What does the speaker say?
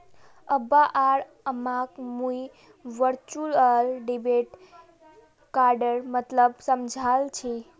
अब्बा आर अम्माक मुई वर्चुअल डेबिट कार्डेर मतलब समझाल छि